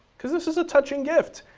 cause this is a touching gift.